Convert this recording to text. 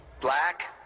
black